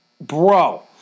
Bro